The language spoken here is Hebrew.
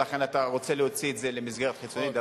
ולכן אתה רוצה להוציא את זה למסגרת חיצונית,